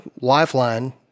lifeline